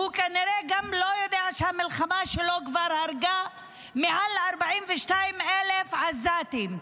הוא כנראה גם לא יודע שהמלחמה שלו כבר הרגה מעל ל-42,000 עזתים,